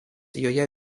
joje